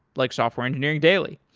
like software engineering daily.